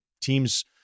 team's